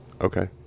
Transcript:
okay